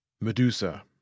Medusa